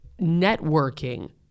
Networking